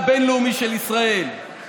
הן הורידו את דגל ישראל בגלל הממשלה הכושלת שלכם.